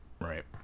Right